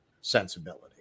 sensibility